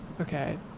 Okay